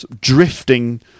drifting